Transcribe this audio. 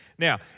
Now